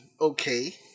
Okay